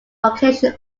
occasion